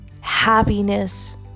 happiness